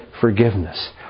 forgiveness